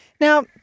Now